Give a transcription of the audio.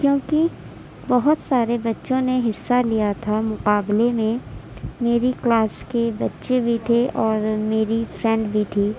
كیوںكہ بہت سارے بچوں نے حصّہ لیا تھا مقابلے میں میری کلاس کے بچے بھی تھے اور میری فرینڈ بھی تھی